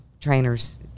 trainers